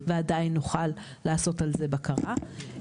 ועדיין נוכל לעשות על זה בקרה.